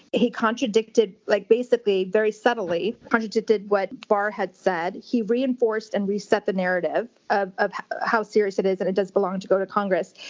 he contradicted, like basically very subtly contradicted what barr had said. he reinforced and reset the narrative ah of how serious it is, and it does belong to go to congress.